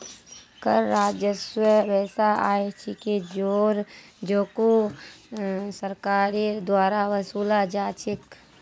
कर राजस्व वैसा आय छिके जेको सरकारेर द्वारा वसूला जा छेक